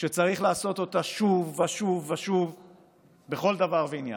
שצריך לעשות אותה שוב ושוב ושוב בכל דבר ועניין.